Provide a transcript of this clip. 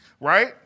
right